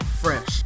fresh